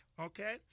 Okay